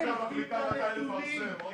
הלשכה מחליטה מתי לפרסם.